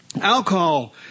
Alcohol